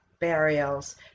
burials